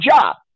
job